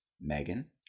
Megan